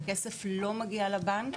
הכסף לא מגיע לבנק